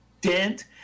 dent